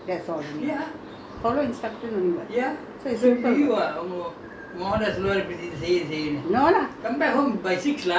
R&D you only follow your engineer tell you what to do you do that's all follow instructions only [what] so simple